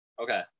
Okay